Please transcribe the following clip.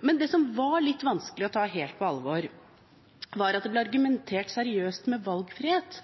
Men det som var litt vanskelig å ta helt på alvor, var at det ble argumentert seriøst med valgfrihet,